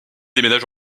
déménage